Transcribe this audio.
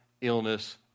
illness